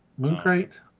Mooncrate